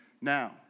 Now